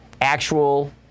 actual